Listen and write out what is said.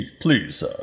please